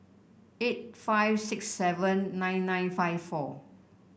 eight five six seven nine nine five four